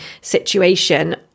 situation